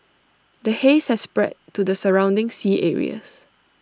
the haze has spread to the surrounding sea areas